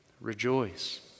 rejoice